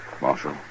Marshal